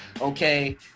okay